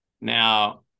Now